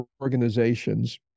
organizations